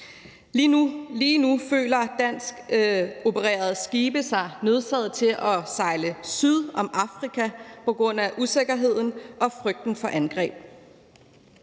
Lige nu føler danskopererede skibe sig nødsaget til at sejle syd om Afrika på grund af usikkerheden og frygten for angreb.